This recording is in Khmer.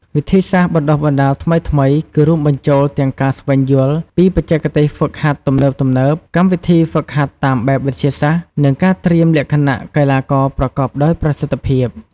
វិធីសាស្ត្របណ្តុះបណ្តាលថ្មីៗគឺរួមបញ្ចូលទាំងការស្វែងយល់ពី បច្ចេកទេសហ្វឹកហាត់ទំនើបៗ កម្មវិធីហ្វឹកហាត់តាមបែបវិទ្យាសាស្ត្រ និងការត្រៀមលក្ខណៈកីឡាករប្រកបដោយប្រសិទ្ធភាព។